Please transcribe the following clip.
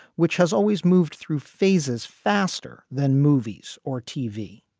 which has always moved through phases faster than movies or tv.